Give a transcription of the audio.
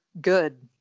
good